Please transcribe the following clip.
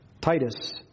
Titus